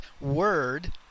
Word